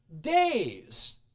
days